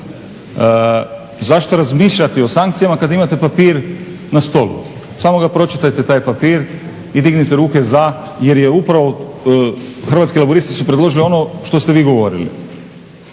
Zašto razmišljati o sankcijama kad imate papir na stolu? Samo ga pročitajte, taj papir, i dignite ruke za jer je upravo, Hrvatski laburisti su predložili ono što ste vi govorili.